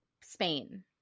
Spain